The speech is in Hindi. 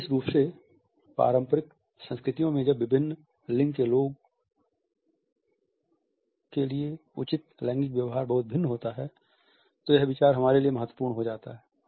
विशेष रूप से पारंपरिक संस्कृतियों में जब विभिन्न लिंग के लोगों के लिए उचित लैंगिक व्यवहार बहुत भिन्न होता है तो यह विचार हमारे लिए महत्वपूर्ण हो जाता है